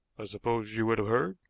i supposed you would have heard.